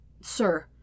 Sir